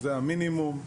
זה המינימום.